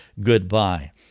goodbye